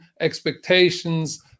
expectations –